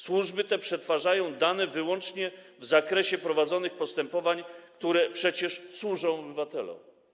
Służby te przetwarzają dane wyłącznie w zakresie prowadzonych postępowań, które przecież służą obywatelom.